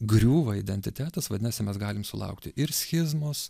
griūva identitetas vadinasi mes galim sulaukti ir schizmos